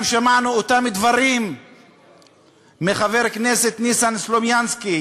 גם שמענו אותם דברים מחבר הכנסת ניסן סלומינסקי,